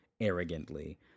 arrogantly